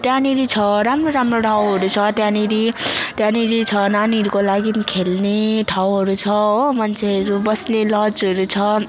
त्यहाँनेरि छ राम्रो राम्रो ठाउँहरू छ त्यहाँनेरि त्यहाँनेरि छ नानीहरूको लागि खेल्ने ठाउँहरू छ हो मान्छेहरू बस्ने लजहरू छ